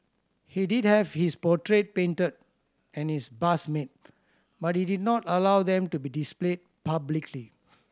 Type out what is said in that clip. he did have his portrait painted and his bust made but he did not allow them to be displayed publicly